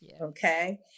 okay